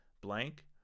blank